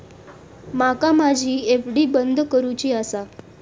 माका माझी एफ.डी बंद करुची आसा